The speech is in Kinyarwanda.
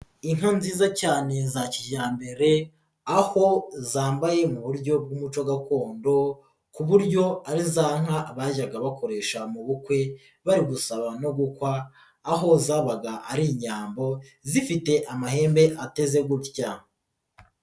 Inka nziza cyane za kijyambere, aho zambaye mu buryo bw'umuco gakondo, ku buryo ari za nka bajyaga bakoresha mu bukwe, bari gusaba no gukwa, aho zabaga ari Inyambo, zifite amahembe ateze gutya.